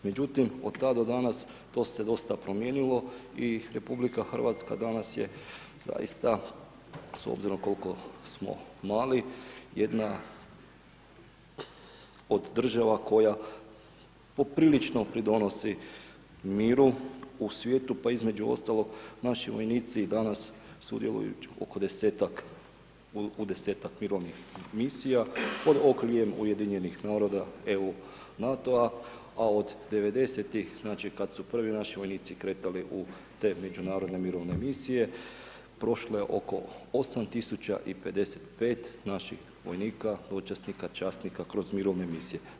Međutim, od tada do danas to se dosta promijenilo i RH, danas je zaista s obzirom koliko smo mali, jedna od država koja poprilično pridonosi miru u svijetu, pa između ostalog naši vojnici danas, sudjeluju u 10-tak mirovnih misija, pod okriljem Ujedinjenih Naroda EU, NATO-a, a od '90. znači kada su prvi naši vojnici kretali u te međunarodne mirovne misije, prošlo je oko 8055 naših vojnika, dočasnika, časnika, kroz mirovine misije.